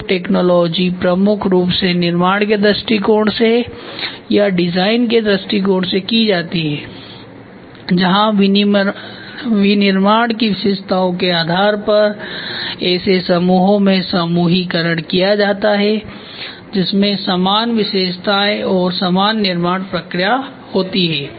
group technology प्रमुख रूप से निर्माण के दृष्टिकोण से या डिज़ाइन के दृष्टिकोण से की जाती है जहाँ विनिर्माण की विशेषताओं के आधार पर ऐसे समूहों में समूहीकरण किया जाता हैजिसमें समान विशेषताएं और समान निर्माण प्रक्रिया होती है